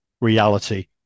reality